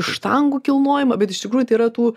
štangų kilnojimą bet iš tikrųjų tai yra tų